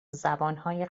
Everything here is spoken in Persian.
زبانهای